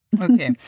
Okay